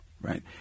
right